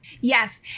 Yes